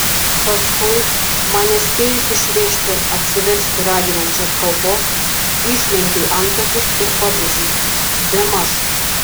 paskui man nespėjus išrėžti atsiversti raginančios kalbos išlenkei antakius ir pabrėžei bemaž